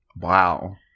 Wow